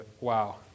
Wow